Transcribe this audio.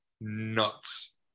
nuts